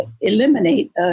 eliminate